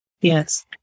Yes